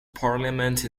parliament